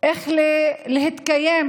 איך להתקיים,